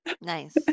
Nice